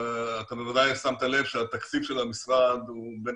אתה בוודאי שמת לב שהתקציב של המשרד הוא בין